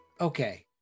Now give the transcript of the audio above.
okay